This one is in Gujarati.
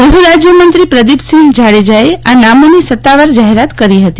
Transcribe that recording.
ગૃફ રાજ્યમંત્રી પ્રદીપસિંફ જાડેજાએ આ નામોની સતાવાર જાહેરાત કરી હતી